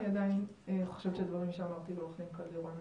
אני עדיין חושבת שדברים שאמרתי לעורך הדין קלדרון